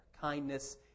kindness